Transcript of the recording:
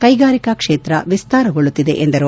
ಕೈಗಾರಿಕಾ ಕ್ಷೇತ್ರ ವಿಸ್ತಾರಗೊಳ್ಳುತ್ತಿದೆ ಎಂದರು